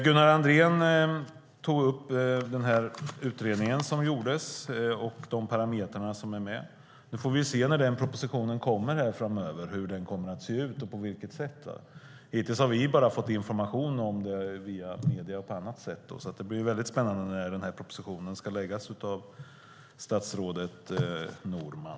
Gunnar Andrén tog upp den utredning som gjordes och nämnde de parametrar som var med. Vi får se när propositionen kommer och hur den ser ut. Hittills har vi fått information om det bara via medier. Det ska bli spännande att se när propositionen läggas fram av statsrådet Norman.